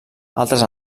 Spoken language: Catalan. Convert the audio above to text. altres